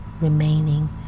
remaining